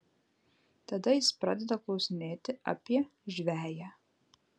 tada jis pradeda klausinėti apie žveję